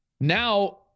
Now